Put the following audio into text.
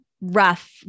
rough